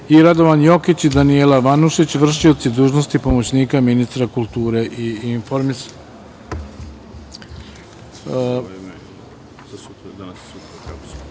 i Radovan Jokić i Danijela Vanušić, vršioci dužnosti pomoćnika ministra kulture i